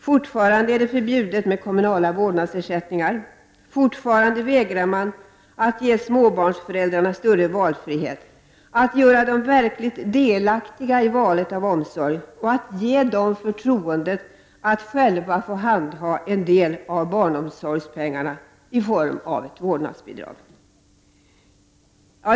Fortfarande är det förbjudet med kommunala vårdnadsersättningar. Fortfarande vägrar man att ge småbarnsföräldrarna större valfrihet, att göra dem verkligt delaktiga i valet av omsorg och att ge dem förtroendet att själva få handha en del av barnomsorgspengarna i form av ett vårdnadsbidrag.